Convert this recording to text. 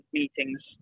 meetings